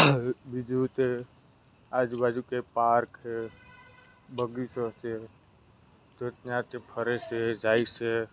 બીજું તે આજુબાજુ કંઈ પાર્ક છે બગીચો છે તો ત્યાં તે ફરે છે જાય છે